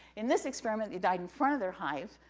in this experiment, they died in front of their hive,